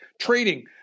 trading